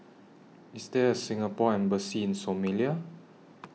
IS There A Singapore Embassy in Somalia